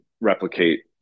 replicate